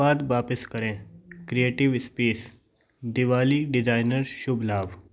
उत्पाद वापस करें क्रिएटिव एस्पीस दिवाली डिज़ाइनर शुभ लाभ